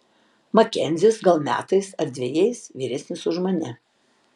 makenzis gal metais ar dvejais vyresnis už mane